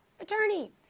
Attorney